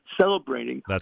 celebrating